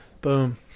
Boom